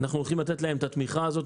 אנחנו הולכים לתת להם את התמיכה הזאת.